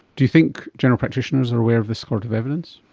do you think general practitioners are aware of this sort of evidence?